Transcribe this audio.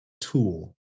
tool